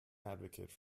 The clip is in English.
advocate